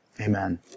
Amen